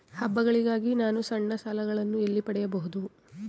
ಹಬ್ಬಗಳಿಗಾಗಿ ನಾನು ಸಣ್ಣ ಸಾಲಗಳನ್ನು ಎಲ್ಲಿ ಪಡೆಯಬಹುದು?